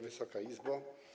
Wysoka Izbo!